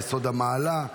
יסוד המעלה,